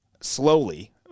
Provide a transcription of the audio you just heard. slowly